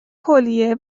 کلیه